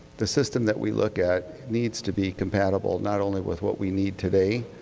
the system that we look at needs to be compatible, not only with what we need today,